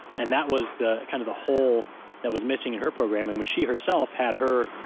and that was the kind of the hole that was missing in her program. and when she herself had her,